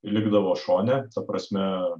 likdavo šone ta prasme